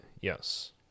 Yes